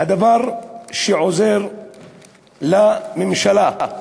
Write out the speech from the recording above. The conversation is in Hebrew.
דבר שעוזר לממשלה,